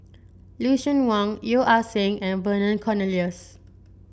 Lucien Wang Yeo Ah Seng and Vernon Cornelius